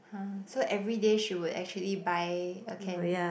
[huh] so everyday she would actually buy a can